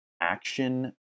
action